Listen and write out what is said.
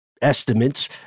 Estimates